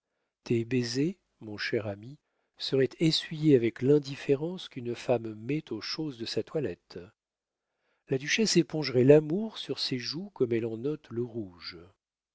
tes baisers mon cher ami seraient essuyés avec l'indifférence qu'une femme met aux choses de sa toilette la duchesse épongerait l'amour sur ses joues comme elle en ôte le rouge